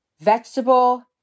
vegetable